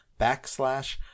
backslash